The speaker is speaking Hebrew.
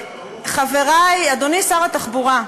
אדוני שר התחבורה,